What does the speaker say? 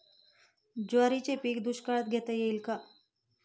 ज्वारीचे पीक दुष्काळात घेता येईल का?